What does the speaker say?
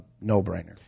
no-brainer